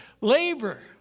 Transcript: labor